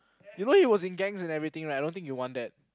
you know he was in gangs and everything right I don't think you want that